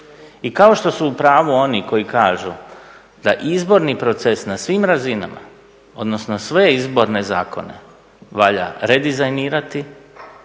I kao što su u pravu oni koji kažu da izborni proces na svim razinama, odnosno sve izborne zakone valja redizajnirati,